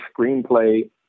screenplay